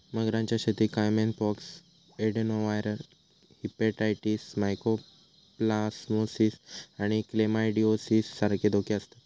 मगरांच्या शेतीत caiman pox, adenoviral hepatitis, mycoplasmosis आणि क्लेमायडिओसिस सारखे धोके आसतत